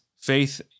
faith